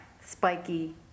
spiky